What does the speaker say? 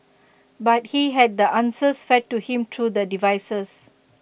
but he had the answers fed to him through the devices